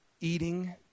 eating